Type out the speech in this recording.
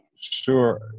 Sure